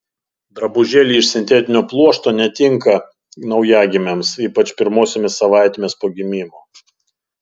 drabužėliai iš sintetinio pluošto netinka naujagimiams ypač pirmosiomis savaitėmis po gimimo